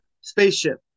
spaceship